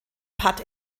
patt